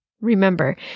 Remember